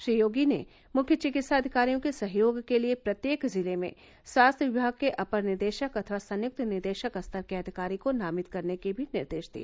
श्री योगी ने मुख्य चिकित्सा अधिकारियों के सहयोग के लिए प्रत्येक जिले में स्वास्थ्य विभाग के अपर निदेशक अथवा संयुक्त निदेशक स्तर के अधिकारी को नामित करने के भी निर्देश दिए